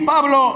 Pablo